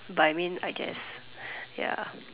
but I mean I guess ya